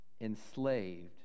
enslaved